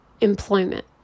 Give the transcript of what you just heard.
employment